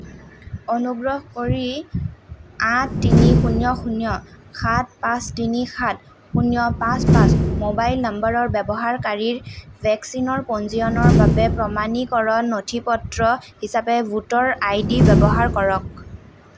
অনুগ্ৰহ কৰি আঠ তিনি শূন্য় শূন্য় সাত পাঁচ তিনি সাত শূন্য় পাঁচ পাঁচ মোবাইল নম্বৰৰ ব্যৱহাৰকাৰীৰ ভেকচিনৰ পঞ্জীয়নৰ বাবে প্ৰমাণীকৰণ নথি পত্ৰ হিচাপে ভোটাৰ আইডি ব্যৱহাৰ কৰক